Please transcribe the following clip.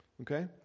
Okay